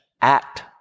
act